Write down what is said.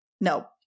No